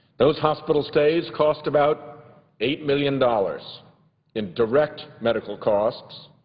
those hospital stays cost about eight million dollars in direct medical costs,